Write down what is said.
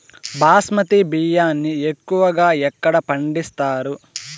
బాస్మతి బియ్యాన్ని ఎక్కువగా ఎక్కడ పండిస్తారు?